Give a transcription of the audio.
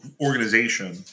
organization